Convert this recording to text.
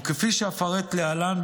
כפי שאפרט להלן,